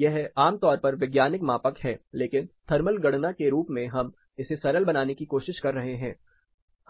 यह आम तौर पर एक वैज्ञानिक मापक है लेकिन थर्मल गणना के रूप में हम इसे सरल बनाने की कोशिश कर रहे हैं